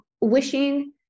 wishing